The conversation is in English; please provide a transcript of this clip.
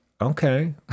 Okay